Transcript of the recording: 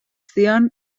zion